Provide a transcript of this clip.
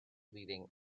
leading